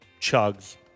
chugs